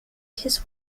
his